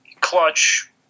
Clutch